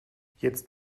jetzt